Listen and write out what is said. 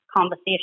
conversation